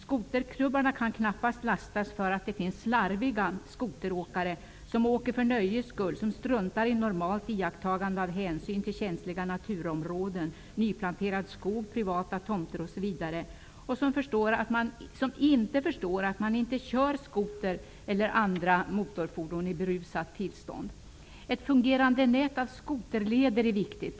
Skoterklubbarna kan knappast lastas för att det finns slarviga skoteråkare som åker för nöjes skull, struntar i normalt iakttagande av hänsyn till känsliga naturområden, nyplanterad skog, privata tomter osv. och inte förstår att man inte kör skoter eller andra motorfordon i berusat tillstånd. Ett fungerande nät av skoterleder är viktigt.